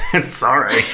sorry